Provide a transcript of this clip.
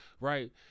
right